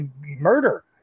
murder